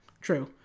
True